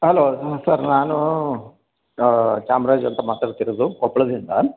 hello sir ನಾನು ಚಾಮರಾಜ್ ಅಂತ ಮಾತಾಡ್ತಿರೋದು ಕೊಪ್ಪಳದಿಂದ